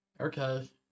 Okay